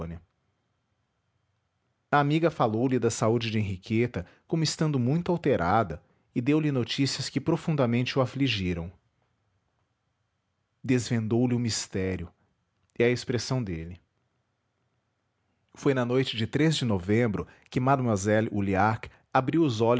amiga falou-lhe da saúde de henriqueta como estando muito alterada e deu-lhe notícias que profundamente o afligiram desvendou lhe o mistério é a expressão dele foi na noite de de novembro que mlle ulliac abriu os